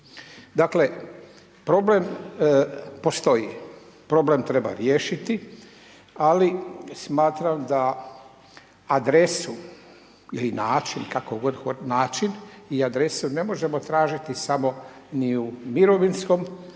Dakle, problem postoji, problem treba riješiti, ali smatram da adresu ili način, kako god, nači i adresu, ne možemo tražiti samo ni u mirovinskom,